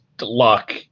luck